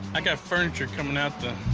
i've got furniture coming out the.